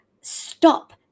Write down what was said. stop